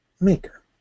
Maker